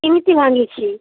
କେମିତି ଭାଙ୍ଗିଛି